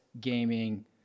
gaming